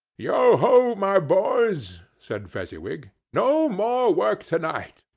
yo ho, my boys! said fezziwig. no more work to-night.